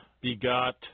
begot